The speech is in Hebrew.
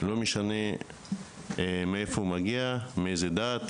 לא משנה מאיפה הוא מגיע, מה הוא מינו ומה היא דתו.